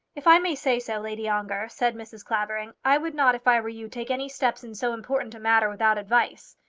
if i may say so, lady ongar, said mrs. clavering, i would not, if i were you, take any steps in so important a matter without advice.